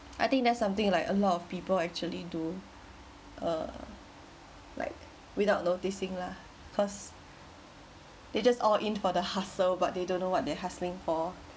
I think there's something like a lot of people actually do uh like without noticing lah cause they just all in for the hustle but they don't know what they're hustling for